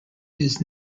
his